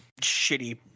shitty